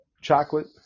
chocolate